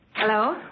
Hello